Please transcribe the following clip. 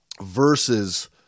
versus